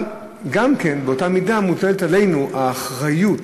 אבל גם כן, באותה מידה מוטלת עלינו האחריות,